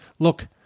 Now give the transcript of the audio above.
Look